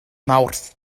mawrth